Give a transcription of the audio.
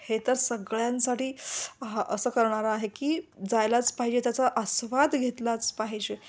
हे तर सगळ्यांसाठी स आहा असं करणारं आहे की जायलाच पाहिजे त्याचा आस्वाद घेतलाच पाहिजे